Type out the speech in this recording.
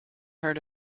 heard